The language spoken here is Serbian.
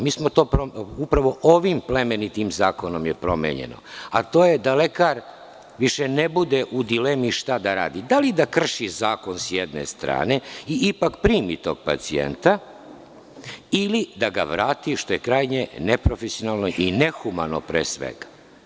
Mi smo to upravo ovim plemenitim zakonom promenili, a to je da lekar više ne bude u dilemi šta da radi – da li da krši zakon, s jedne strane, i ipak primi tog pacijenta, ili da ga vrati, što je krajnje neprofesionalno i nehumano, pre svega.